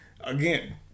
Again